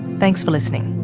thanks for listening.